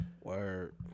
Word